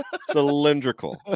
cylindrical